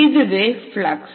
இதுவே பிளக்ஸ்